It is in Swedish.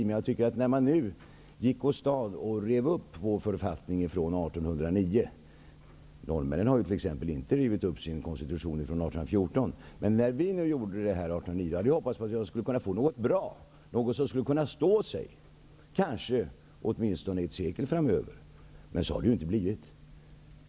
Men när vi nu gick åstad och rev upp vår författning från 1809 -- norrmännen, t.ex., har ju inte rivit upp sin konstitution från 1814 -- hoppades jag att vi skulle få något bra som skulle stå sig, åtminstone ett sekel framöver. Men så har det inte blivit.